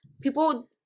people